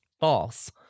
false